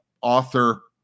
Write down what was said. author